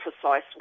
precise